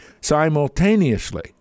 simultaneously